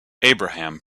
abraham